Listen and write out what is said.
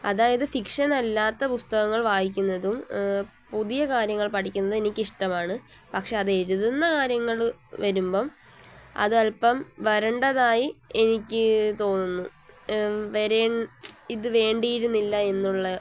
അതായത് ഫിക്ഷൻ അല്ലാത്ത പുസ്തകങ്ങൾ വായിക്കുന്നതും പുതിയ കാര്യങ്ങൾ പഠിക്കുന്നത് എനിക്കിഷ്ടമാണ് പക്ഷെ അത് എഴുതുന്ന കാര്യങ്ങൾ വരുമ്പം അതല്പം വരേണ്ടതായി എനിക്ക് തോന്നുന്നു ഇത് വേണ്ടിയിരുന്നില്ല എന്നുള്ളത്